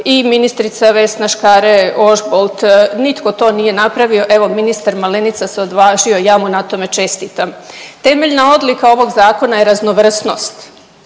i ministrica Vesna Škare Ožbolt. Nitko to nije napravio. Evo ministar Malenica se odvažio, ja mu na tome čestitam. Temeljna odlika ovog zakona je raznovrsnost